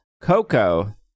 Coco